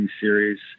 series